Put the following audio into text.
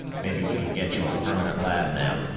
maybe we can get you a permanent lab now.